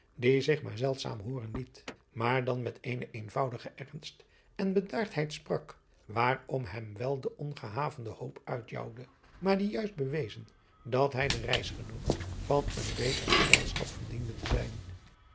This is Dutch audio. die zich maar zeldzaam hooren liet maar dan met eenen eenvoudigen ernst en bedaardheid sprak waarom hem wel de ongehavende hoop uitjouwde maar die juist bewezen dat hij de reisgenoot van een beter gezelschap verdiende te zijn